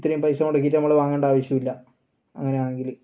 ഇത്രേം പൈസ മുടക്കീട്ട് നമ്മൾ വാങ്ങേണ്ട ആവശ്യമില്ല അങ്ങനാണെങ്കിൽ